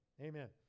amen